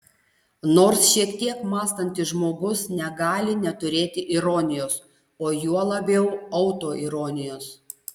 nors šiek tiek mąstantis žmogus negali neturėti ironijos o juo labiau autoironijos